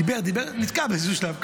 דיבר, דיבר ונתקע באיזה שלב.